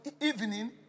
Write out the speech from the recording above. evening